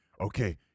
Okay